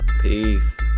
Peace